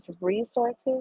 resources